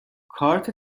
کارت